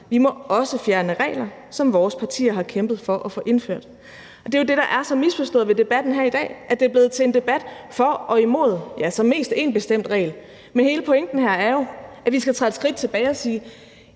Vi må også fjerne regler, som vores partier har kæmpet for at få indført.« Det er jo det, der er så misforstået ved debatten her i dag: At det er blevet til en debat for og imod – ja, altså, mest i forhold til en bestemt regel. Men hele pointen her er jo, at vi skal træde et skridt tilbage og sige: